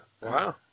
Wow